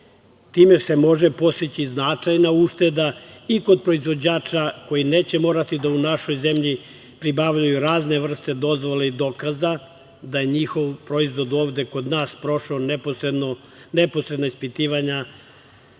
Time se može postići značajna ušteda i kod proizvođača koji neće morati da u našoj zemlji pribavljaju razne vrste dozvola i dokaza da je njihov proizvod ovde kod nas prošao neposredna ispitivanja